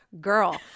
girl